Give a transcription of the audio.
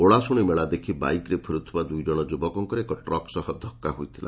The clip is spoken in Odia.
ଓଳାସୁଶୀ ମେଳା ଦେଖି ବାଇକ୍ରେ ଫେରୁଥିବା ଦୁଇଜଶ ଯୁବକଙ୍କର ଏକ ଟ୍ରକ୍ ସହ ଧକ୍କା ହୋଇଥିଲା